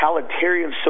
totalitarian